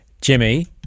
Jimmy